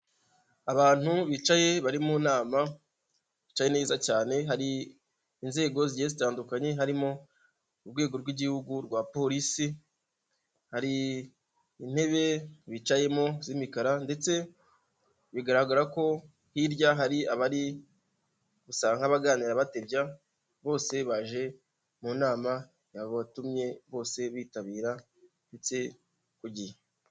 Abantu bicaye bari mu nama, bicaye neza cyane, hari inzego zigiye zitandukanye, harimo urwego rw'igihugu rwa Polisi, hari intebe bicayemo z'imikara, ndetse bigaragara ko hirya hari abari gusa nk'abaganira batebya, bose baje mu nama yabatumye bose bitabira ndetse ku gihe.